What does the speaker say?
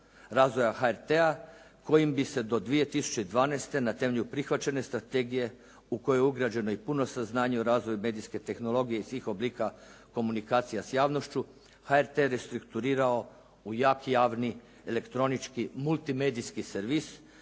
razvoja HRT-a kojim bi se do 2012. na temelju prihvaćene strategije u koju je ugrađeno i puno saznanja o razvoju medijske tehnologije i svih oblika komunikacija s javnošću, HRT restrukturirao u jak javni elektronički multimedijski servis